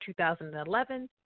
2011